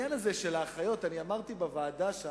אני אומר לך בכלל: העניין הזה של האחיות אמרתי בוועדת הכנסת,